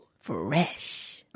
Fresh